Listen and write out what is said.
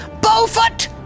BOWFOOT